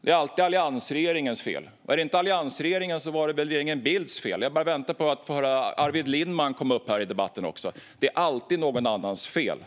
Det är alltid alliansregeringens fel. Och är det inte alliansregeringens fel är det väl regeringen Bildts fel. Jag bara väntar på att få höra Arvid Lindmans namn komma upp i debatten. Det är alltid någon annans fel.